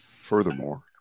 Furthermore